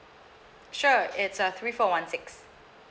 sure it's uh three four one six